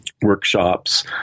workshops